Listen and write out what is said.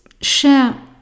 share